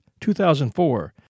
2004